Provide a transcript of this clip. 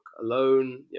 alone